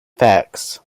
facts